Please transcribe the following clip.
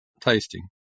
tasting